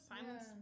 silence